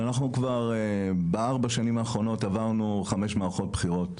אנחנו כבר בארבע השנים האחרונות עברנו חמש מערכות בחירות,